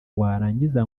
warangiza